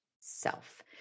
self